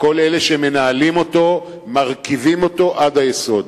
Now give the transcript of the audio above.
וכל אלה שמנהלים אותו מרקיבים אותו עד היסוד.